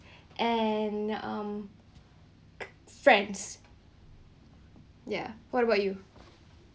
and um friends ya what about you